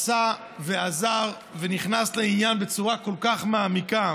עשה ועזר ונכנס לעניין בצורה כל כך מעמיקה,